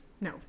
No